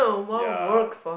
ya